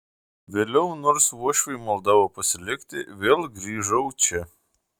vėliau nors uošviai maldavo pasilikti vėl grįžau čia